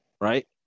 right